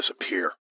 disappear